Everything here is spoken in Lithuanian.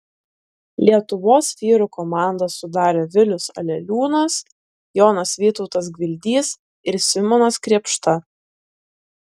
lietuvos vyrų komandą sudarė vilius aleliūnas jonas vytautas gvildys ir simonas krėpšta